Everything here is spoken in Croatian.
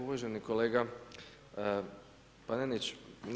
Uvaženi kolega Panenić.